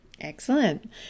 excellent